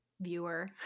viewer